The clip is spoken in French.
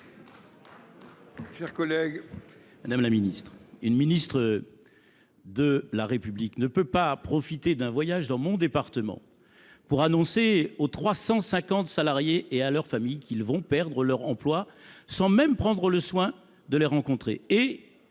la ministre, une ministre de la République ne peut pas profiter d’un voyage en Loire Atlantique pour annoncer aux 350 salariés et à leur famille qu’ils vont perdre leur emploi, sans même prendre le soin de les rencontrer.